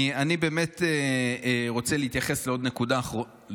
אני באמת רוצה להתייחס לנקודה אחרונה,